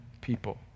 people